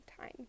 time